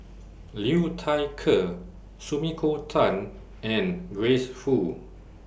Liu Thai Ker Sumiko Tan and Grace Fu